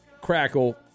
crackle